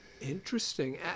Interesting